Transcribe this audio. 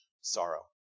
sorrow